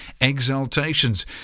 exaltations